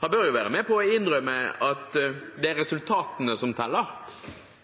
han bør jo være med på å innrømme at det er resultatene som teller.